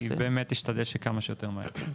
אני באמת אשתדל שכמה שיותר מהר.